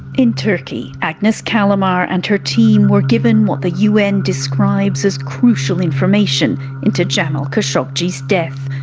in turkey, agnes callamard and her team were given what the un describes as crucial information into jamal khashoggi's death,